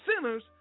sinners